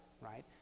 right